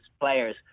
players